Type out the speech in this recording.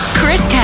Chris